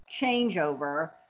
changeover